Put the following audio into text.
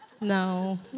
No